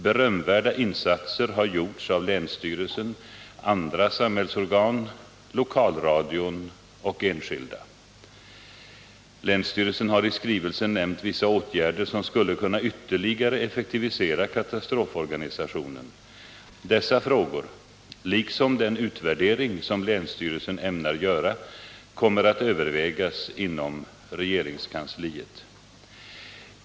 Berömvärda insatser har gjorts av länsstyrelsen, andra samhällsorgan, lokalradion och enskilda. Länsstyrelsen har i skrivelsen nämnt vissa åtgärder som skulle kunna ytterligare effektivisera katastroforganisationen. Dessa frågor — liksom den utvärdering som länsstyrelsen ämnar göra — kommer att övervägas inom regeringskansliet.